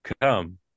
come